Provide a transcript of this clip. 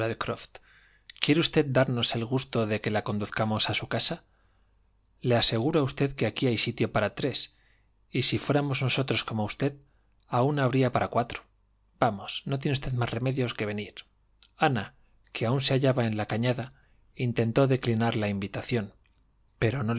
quiere usted darnos el gusto de que la conduzcamos a su casa le aseguro a usted que aquí hay sitio para tres y si fuéramos nosotros como usted aun habría para cuatro vamos no tiene usted más remedio que venir ana que aun se hallaba en la cañada intentó declinar la invitación pero